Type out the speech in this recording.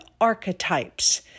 archetypes